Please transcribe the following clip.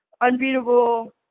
unbeatable